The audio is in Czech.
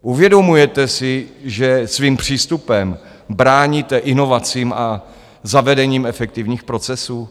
Uvědomujete si, že svým přístupem bráníte inovacím a zavedením efektivních procesů?